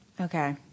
Okay